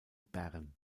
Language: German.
bern